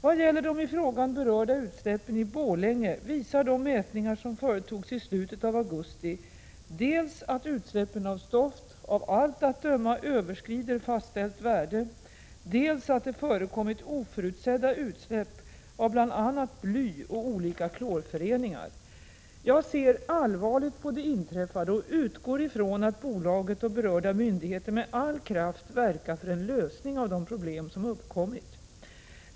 Vad gäller de i frågan berörda utsläppen i Borlänge visar de mätningar som företogs i slutet av augusti dels att utsläppen av stoft av allt att döma överskrider fastställt värde, dels att det förekommit oförutsedda utsläpp, av bl.a. bly och olika klorföreningar. Jag ser allvarligt på det inträffade och utgår ifrån att bolaget och berörda myndigheter med all kraft verkar för en lösning av de problem som uppkommit.